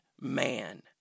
man